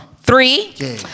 three